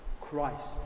Christ